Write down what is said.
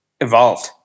evolved